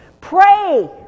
Pray